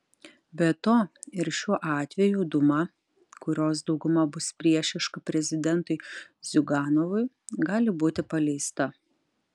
be to ir šiuo atveju dūma kurios dauguma bus priešiška prezidentui ziuganovui gali būti paleista